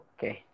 Okay